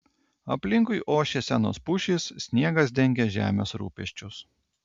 aplinkui ošė senos pušys sniegas dengė žemės rūpesčius